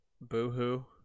Boo-hoo